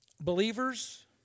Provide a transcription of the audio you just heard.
Believers